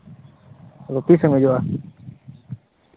ᱟᱫᱚ ᱛᱤᱥᱮᱢ ᱦᱤᱡᱩᱜᱼᱟ